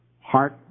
heart